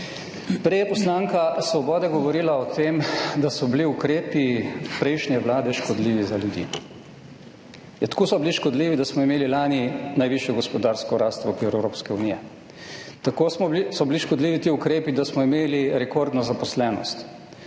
Prej je poslanka Svobode govorila o tem, da so bili ukrepi prejšnje Vlade škodljivi za ljudi. Ja, tako so bili škodljivi, da smo imeli lani najvišjo gospodarsko rast v okviru Evropske unije. Tako so bili škodljivi ti ukrepi, da smo imeli rekordno zaposlenost.